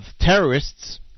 terrorists